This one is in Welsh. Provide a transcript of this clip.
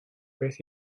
beth